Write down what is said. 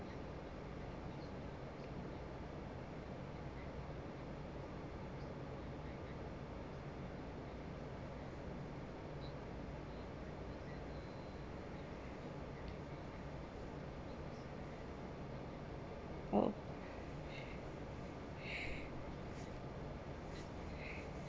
oh